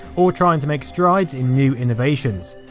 all trying to make strides in new innovations.